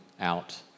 out